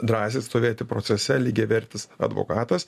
drąsiai stovėti procese lygiavertis advokatas